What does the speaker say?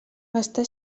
està